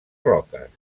roques